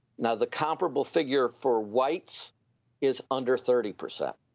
now, the comparable figure for whites is under thirty percent.